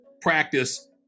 practice